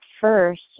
first